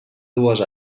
dues